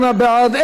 48 בעד.